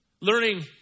Learning